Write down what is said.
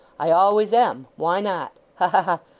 i always am. why not? ha ha ha!